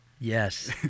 Yes